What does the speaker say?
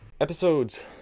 episodes